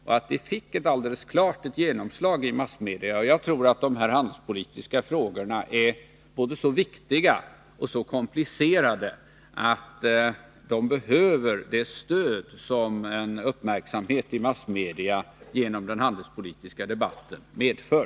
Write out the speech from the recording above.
Debatten fick ett klart genomslag i massmedia, och jag tror att de handelspolitiska frågorna är så viktiga och komplicerade att de behöver det stöd som en uppmärksamhet i massmedia genom en handelspolitisk debatt medför.